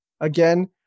again